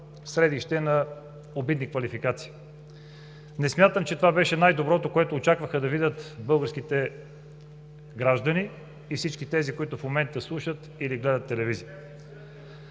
средище на обидни квалификации. Не смятам, че това беше най-доброто, което очакваха да видят българските граждани, и всички тези, които в момента слушат или гледат телевизия.